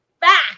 back